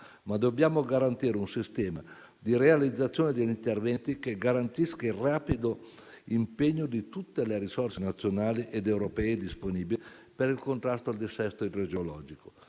ma dobbiamo garantire un sistema di realizzazione di interventi che garantisca il rapido impegno di tutte le risorse nazionali ed europee disponibili per il contrasto al dissesto idrogeologico.